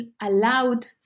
allowed